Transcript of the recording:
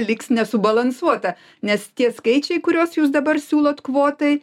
liks nesubalansuota nes tie skaičiai kuriuos jūs dabar siūlot kvotai